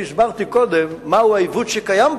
אני הסברתי קודם מהו העיוות שקיים פה.